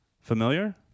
familiar